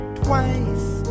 twice